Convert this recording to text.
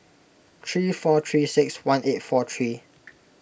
three four three six one eight four three